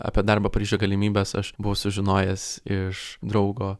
apie darbo paryžiuje galimybes aš buvau sužinojęs iš draugo